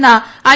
നടന്ന ഐ